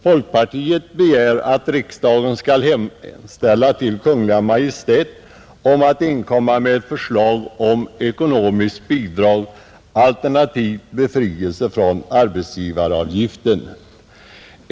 Folkpartiet begär att riksdagen skall hemställa till Kungl. Maj:t om att inkomma med förslag till ekonomiskt bidrag, alternativt befrielse från arbetsgivaravgiften.